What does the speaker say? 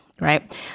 Right